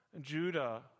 Judah